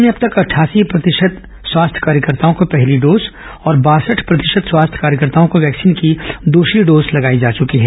प्रदेश में अब तक अठासी प्रतिशत स्वास्थ्य कार्यकर्ता को पहली डोज और बासठ प्रतिशत स्वास्थ्य कार्यकर्ताओं को वैक्सीन की दूसरी डोज लगाई जा चुकी है